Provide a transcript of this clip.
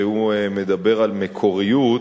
כשהוא מדבר על מקוריות.